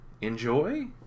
enjoy